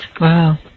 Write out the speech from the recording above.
Wow